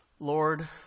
Lord